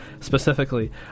specifically